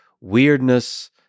weirdness